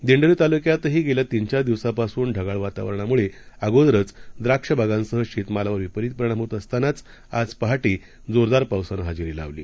दिंडोरी तालुक्यातही गेल्या तीन चार दिवसांपासून ढगाळ वातावरणामुळे अगोदरच द्राक्षबागांसाह शेतमालावर विपरीत परिणाम होत असतानाच आज पहाटे जोरदार पावसानं हजेरी लावली